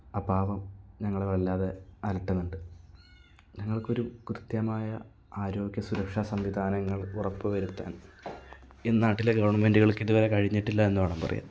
ആ പാപം ഞങ്ങളെ വല്ലാതെ അലട്ടുന്നുണ്ട് ഞങ്ങൾക്കൊരു കൃത്യമായ ആരോഗ്യ സുരക്ഷാ സംവിധാനങ്ങള് ഉറപ്പ് വരുത്താൻ ഈ നാട്ടിലെ ഗവൺമെന്റുകൾക്കിതുവരെ കഴിഞ്ഞിട്ടില്ല എന്ന് വേണം പറയാൻ